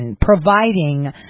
providing